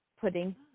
putting